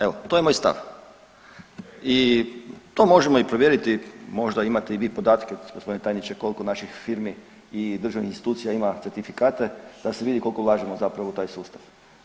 Evo to je moj stav i to možemo i provjeriti možda imate i vi podatke gospodine tajniče koliko naših firmi i državnih institucija ima certifikate da se vidi koliko ulažemo zapravo u taj sustav.